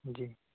जी